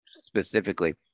specifically